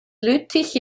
lüttich